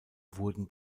wurden